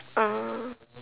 uh